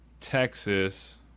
Texas